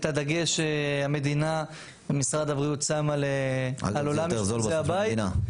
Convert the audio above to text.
הדגש שמשרד הבריאות שם על עולם אשפוזי הבית.